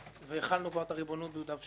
והחלנו כבר את הריבונות ביהודה ושומרון,